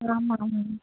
ஆமாம் ஆமாம்